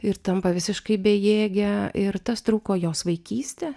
ir tampa visiškai bejėge ir tas trūko jos vaikystę